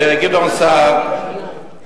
גדעון סער,